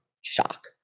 shock